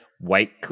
White